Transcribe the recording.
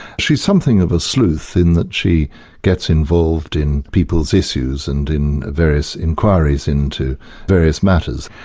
she's something of a sleuth in that she gets involved in people's issues, and in various inquiries into various matters.